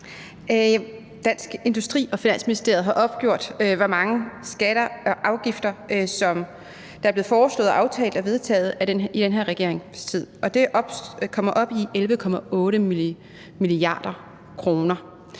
Dansk Industri og Finansministeriet har opgjort, hvor mange skatter og afgifter som er blevet foreslået, aftalt og vedtaget i den her regeringstid, og det kommer op på 11,8 mia. kr.